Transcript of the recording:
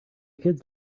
kids